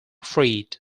freed